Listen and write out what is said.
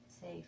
safe